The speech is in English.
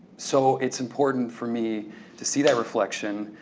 so it's important for me to see that reflection,